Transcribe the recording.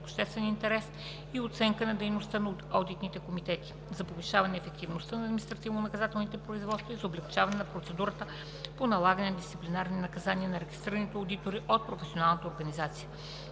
обществен интерес и оценка на дейността на одитните комитети; за повишаване на ефективността на административнонаказателните производства и за облекчаване на процедурата по налагане на дисциплинарни наказания на регистрираните одитори от професионалната организация.